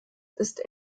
ist